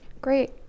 Great